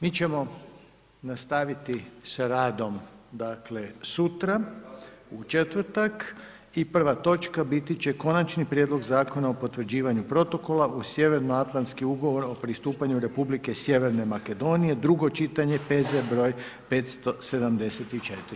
Mi ćemo nastaviti sa radom dakle sutra, u četvrtak i prva točka biti će Konačni prijedlog Zakona o potvrđivanju Protokola uz Sjevernoatlanski ugovor o pristupanju Republike Sjeverne Makedonije, drugo čitanje, P.Z. br. 574.